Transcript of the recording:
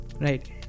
right